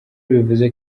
bivuze